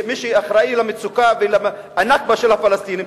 מי שאחראי למצוקה ול"נכבה" של הפלסטינים,